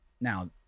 Now